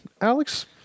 Alex